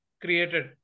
created